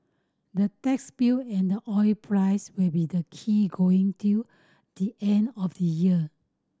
the tax bill and the oil price will be the key going till the end of the year